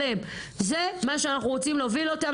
זה מה שאנחנו רוצים להוביל אותם,